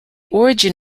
origin